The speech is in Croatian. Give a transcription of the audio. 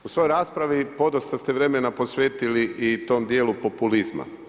U svojoj raspravi podosta ste vremena posvetili i tom dijelu populizma.